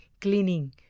cleaning